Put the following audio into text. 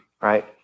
Right